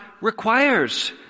requires